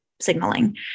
signaling